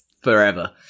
forever